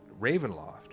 Ravenloft